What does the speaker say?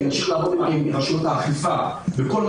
נמשיך לעבוד עם רשויות האכיפה וכל מה